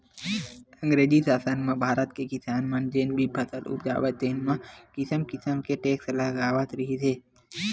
अंगरेजी सासन म भारत के किसान मन जेन भी फसल उपजावय तेन म किसम किसम के टेक्स लगावत रिहिस हे